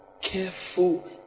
careful